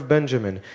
Benjamin